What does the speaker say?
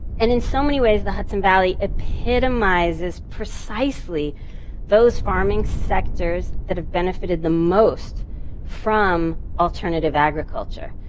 and in so many ways the hudson valley epitomizes precisely those farming sectors that have benefited the most from alternative agriculture.